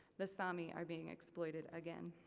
the sami are being exploited again.